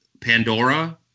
Pandora